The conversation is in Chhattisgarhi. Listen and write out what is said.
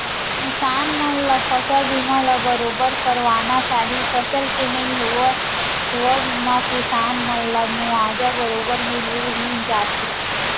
किसान मन ल फसल बीमा ल बरोबर करवाना चाही फसल के नइ होवब म किसान मन ला मुवाजा बरोबर मिल ही जाथे